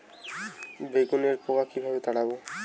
বেগুনের পোকা কিভাবে তাড়াব?